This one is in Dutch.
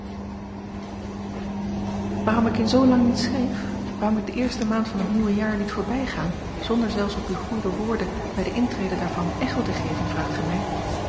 waarom ik in zoolang niet schreef waarom ik de eerste maand van het nieuwe jaar liet voorbijgaan zonder zelfs op uwe goede woorden bij de intrede daarvan echo te geven vraagt gij mij